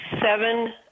seven